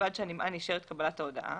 ובלבד שהנמען אישר את קבלת ההודעה.